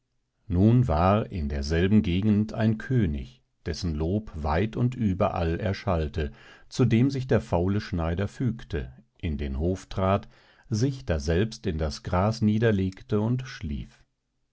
nun war in derselben gegend ein könig dessen lob weit und überall erschallte zu dem sich der faule schneider fügte in den hof trat sich daselbst in das gras niederlegte und schlief